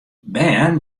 bern